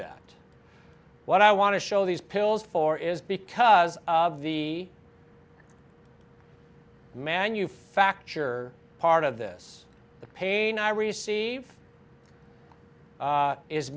that what i want to show these pills for is because of the manufacture part of this the pain i receive